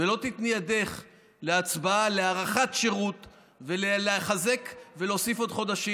ולא תיתני ידך להצבעה על הארכת שירות ולחזק ולהוסיף עוד חודשים,